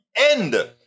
end